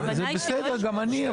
זה בסדר, גם אני.